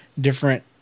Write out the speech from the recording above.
different